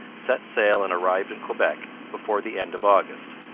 set sail and arrived in quebec before the end of august.